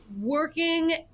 working